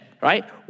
right